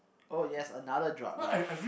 oh yes another drama